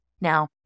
Now